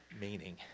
meaning